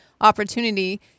opportunity